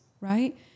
right